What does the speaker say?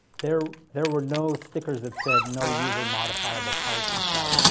there there were no stickers that said no user modifiable parts inside.